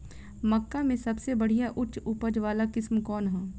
मक्का में सबसे बढ़िया उच्च उपज वाला किस्म कौन ह?